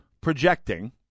projecting